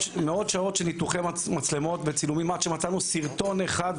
ניתוחי מצלמות וצילומים עד שמצאנו סרטון אחד,